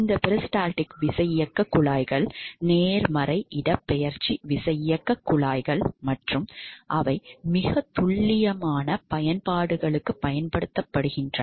இந்த பெரிஸ்டால்டிக் விசையியக்கக் குழாய்கள் நேர்மறை இடப்பெயர்ச்சி விசையியக்கக் குழாய்கள் மற்றும் அவை மிகத் துல்லியமான பயன்பாடுகளுக்குப் பயன்படுத்தப்படுகின்றன